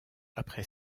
après